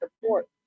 support